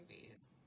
movies